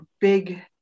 big